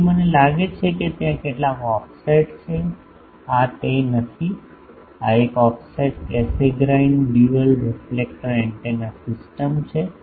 તેથી મને લાગે છે કે ત્યાં કેટલાક ઓફસેટ છે આ તે નથી આ એક offset Cassegrain dual reflector antenna system છે